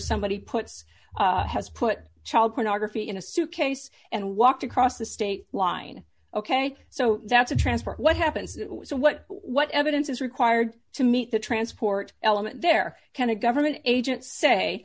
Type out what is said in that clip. somebody puts has put child pornography in a suitcase and walked across the state line ok so that's a transfer what happens it was what what evidence is required to meet the transport element there can a government agent say